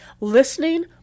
Listening